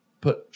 put